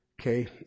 Okay